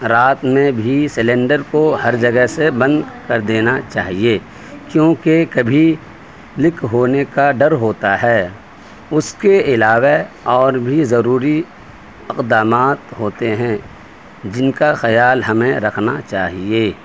رات میں بھی سلنڈر کو ہر جگہ سے بند کر دینا چاہیے کیونکہ کبھی لیک ہونے کا ڈر ہوتا ہے اس کے علاوہ اور بھی ضروری اقدامات ہوتے ہیں جن کا خیال ہمیں رکھنا چاہیے